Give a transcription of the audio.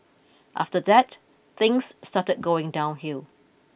after that things started going downhill